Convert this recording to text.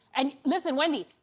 and listen, wendy,